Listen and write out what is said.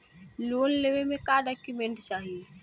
Loan लेवे मे का डॉक्यूमेंट चाही?